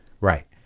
Right